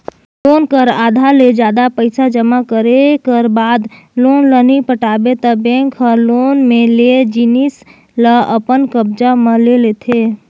loan कर आधा ले जादा पइसा जमा करे कर बाद लोन ल नी पटाबे ता बेंक हर लोन में लेय जिनिस ल अपन कब्जा म ले लेथे